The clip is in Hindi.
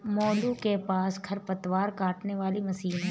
मोलू के पास खरपतवार काटने वाली मशीन है